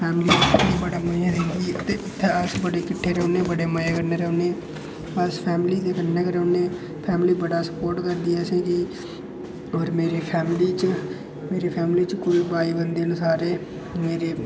family ते बड़े मज़े कन्नै रौंह्दी ते अस इत्थै किट्ठे रौह्न्ने बड़े मजे कन्नै रौह्न्नें अस फैमिली दे कन्नै गै रौह्न्नें फैमिली बड़ा स्पोर्ट करदी असें गी और मेरी फैमिली च कोई बाई बंदे न सारे मेरे